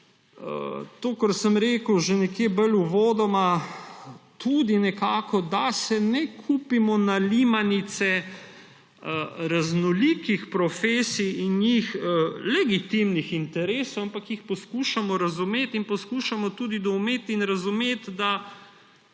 to, kar sem rekel že bolj uvodoma – da se ne ujamemo na limanice raznolikih profesij in njih legitimnih interesov, ampak jih poskušamo razumeti in poskušamo tudi doumeti in razumeti, da